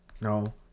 No